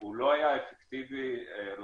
הוא לא היה אפקטיבי לחלוטין,